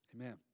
Amen